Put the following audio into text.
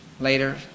later